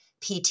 PT